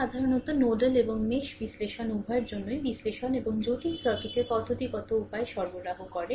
এটি সাধারণত নোডাল এবং মেশ বিশ্লেষণ উভয়ের জন্যই বিশ্লেষণ এবং জটিল সার্কিটের পদ্ধতিগত উপায় সরবরাহ করে